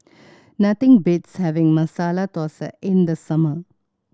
nothing beats having Masala Thosai in the summer